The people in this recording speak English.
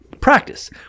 practice